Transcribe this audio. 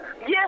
Yes